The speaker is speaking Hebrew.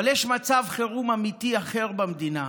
אבל יש מצב חירום אמיתי אחר במדינה,